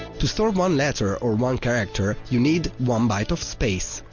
to store one letter, or one character, you need one byte of space.